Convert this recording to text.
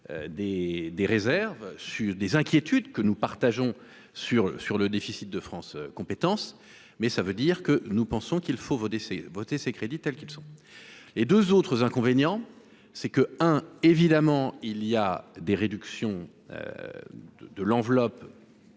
des réserves sur des inquiétudes que nous partageons sur sur le déficit de France compétences mais ça veut dire que nous pensons qu'il faut voter, c'est voter ces crédits tels qu'ils sont, et 2 autres inconvénient c'est que hein, évidemment, il y a des réductions de l'enveloppe